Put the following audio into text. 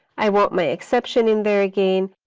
i want my exception in there again,